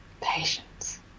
patience